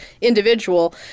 individual